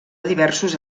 diversos